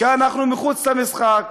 כי אנחנו מחוץ למשחק,